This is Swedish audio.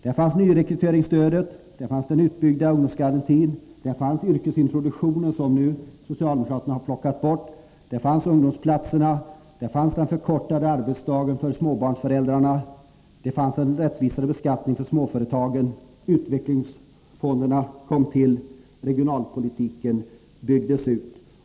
Där fanns nyrekryteringsstödet, den utbyggda ungdomsgarantin, yrkesintroduktionen, som socialdemokraterna nu har plockat bort, ungdomsplatserna, den förkortade arbetsdagen för småbarnsföräldrar, en rättvisare beskattning för småföretagen, utvecklingsfonderna som kom till och regionalpolitiken som byggdes ut.